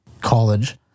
college